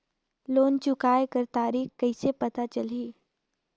Loan चुकाय कर तारीक कइसे पता चलही?